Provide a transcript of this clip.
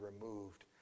removed